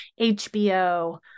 hbo